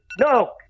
No